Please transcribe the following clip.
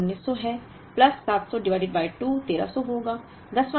9 वां महीना 1900 है प्लस 700 डिवाइडेड बाय 2 1300 होगा